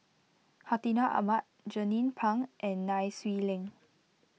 Hartinah Ahmad Jernnine Pang and Nai Swee Leng